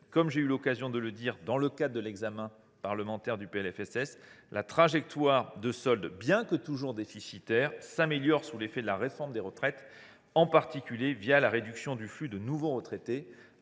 Comme j’ai eu l’occasion de l’indiquer lors de l’examen du PLFSS, la trajectoire de solde, bien que toujours déficitaire, s’améliore sous l’effet de la réforme des retraites, en particulier la réduction du flux de nouveaux retraités.